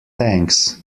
thanks